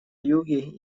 юге